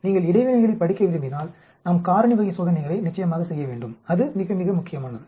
நீங்கள் இடைவினைகளைப் படிக்க விரும்பினால் நாம் காரணி வகை சோதனைகளை நிச்சயமாக செய்ய வேண்டும் அது மிக மிக முக்கியமானது